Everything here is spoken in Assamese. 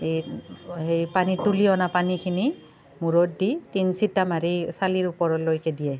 এই সেই পানী তুলি অনা পানীখিনি মূৰত দি তিনিচিটা মাৰি চালিৰ ওপৰলৈকে দিয়ে